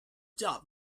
job